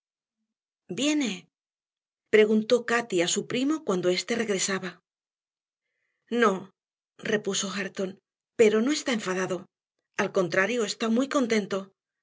viene preguntó cati a su primo cuando éste regresaba no repuso hareton pero no está enfadado al contrario está muy contento